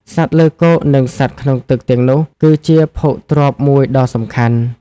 សត្វលើគោកនឹងសត្វក្នុងទឹកទាំងនោះគឺជាភោគទ្រព្យមួយដ៏សំខាន់។